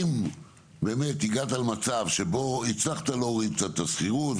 אם באמת הגעת למצב שבו הצלחת להוריד את השכירות,